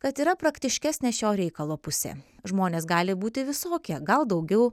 kad yra praktiškesnė šio reikalo pusė žmonės gali būti visokie gal daugiau